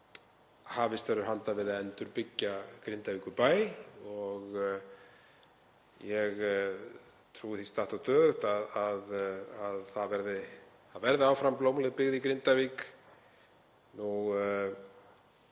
Hafist verður handa við að endurbyggja Grindavíkurbæ. Ég trúi því statt og stöðugt að það verði áfram blómleg byggð í Grindavík.